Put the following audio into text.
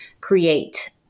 create